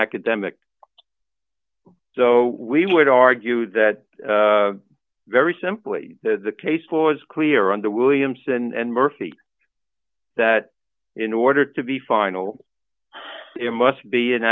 academic so we would argue that very simply the case was clear under williams and murphy that in order to be final it must be an